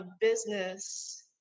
business